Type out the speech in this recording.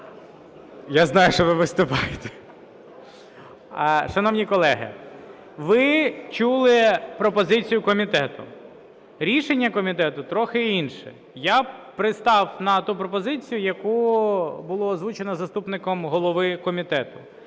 Я знаю, що ви виступаєте. Шановні колеги, ви чули пропозицію комітету. Рішення комітету трохи інше. Я пристав на ту пропозицію, яку було озвучено заступником голови комітету.